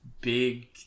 big